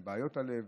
עם בעיות הלב,